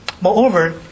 Moreover